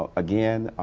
ah again,